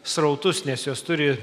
srautus nes jos turi